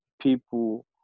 people